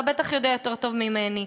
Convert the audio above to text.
אתה בטח יודע יותר טוב ממני.